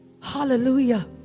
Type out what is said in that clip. Hallelujah